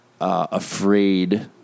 afraid